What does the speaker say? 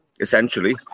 Essentially